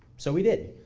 so we did.